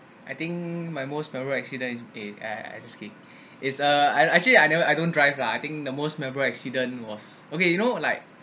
I think my most memorable accident is eh I I just kidding is uh actually I never I don't drive lah I think the most memorable accident was okay you know like